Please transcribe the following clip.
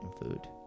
food